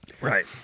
Right